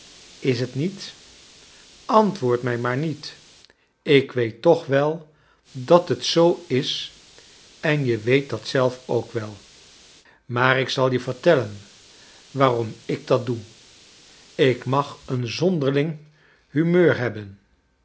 is t niet ant woord mij maar niet ik weet toch wel dat het zoo is en je weet dat zelf ook wel maar ik zal je vertellen waarom ik dat doe tk mag een zonderiing humeur hebben